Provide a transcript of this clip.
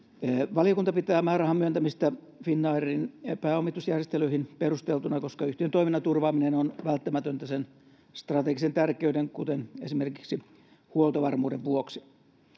valiokunta pitää määrärahan myöntämistä finnairin pääomitusjärjestelyihin perusteltuna koska yhtiön toiminnan turvaaminen on välttämätöntä sen strategisen tärkeyden kuten esimerkiksi huoltovarmuuden vuoksi